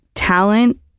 talent